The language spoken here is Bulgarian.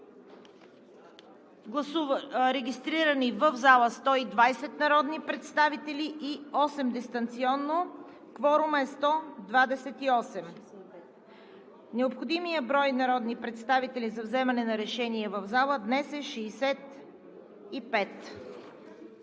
Благодаря. Регистрирани в залата 120 народни представители и 8 дистанционно. Кворумът е 128. Необходимият брой народни представители за вземане на решение в залата днес е 65.